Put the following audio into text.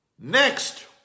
Next